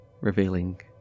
revealing